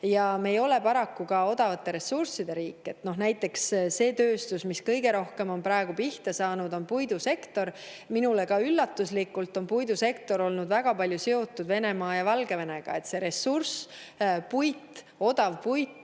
Me ei ole paraku ka odavate ressursside riik. Näiteks see tööstus[haru], mis kõige rohkem on praegu pihta saanud, on puidusektor. Minule üllatuslikult oli puidusektor väga palju seotud Venemaa ja Valgevenega. See ressurss, puit, odav puit,